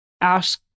ask